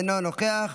אינו נוכח,